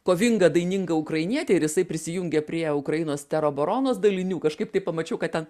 kovinga daininga ukrainietė ir jisai prisijungia prie ukrainos teroboronos dalinių kažkaip taip pamačiau kad ten